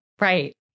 Right